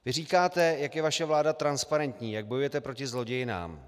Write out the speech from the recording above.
Vy říkáte, jak je vaše vláda transparentní, jak bojujete proti zlodějnám.